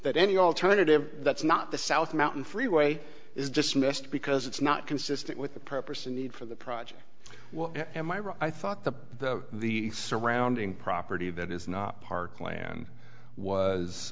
that any alternative that's not the south mountain freeway is dismissed because it's not consistent with the purpose and need for the project well am i wrong i thought that the surrounding property that is not parkland was